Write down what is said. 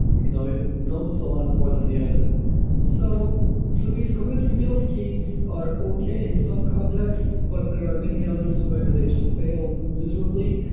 you know it knows a lot more than the others so so these commit-reveal schemes are okay in some context, but there are many others where they just fail miserably.